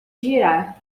girar